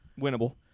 Winnable